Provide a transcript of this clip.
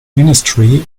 ministry